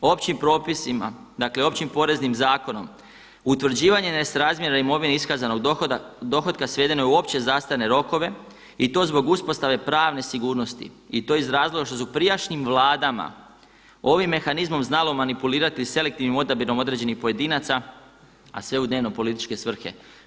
Opći propisima, dakle Općim poreznim zakonom utvrđivanje nesrazmjera imovine iskazanog dohotka svedeno je uopće zastarne rokove i to zbog uspostave pravne sigurnosti i to iz razloga što su prijašnjim vladama ovim mehanizmom znalo manipulirati selektivnim odabirom određenih pojedinaca, a sve u dnevno političke svrhe.